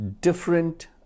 different